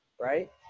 right